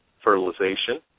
fertilization